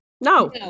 No